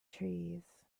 trees